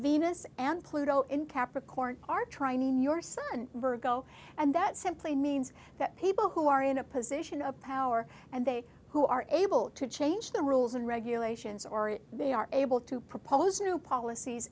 venus and pluto in capricorn are trying your son virgo and that simply means that people who are in a position of power and they who are able to change the rules and regulations or if they are able to propose new policies